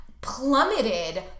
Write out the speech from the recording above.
plummeted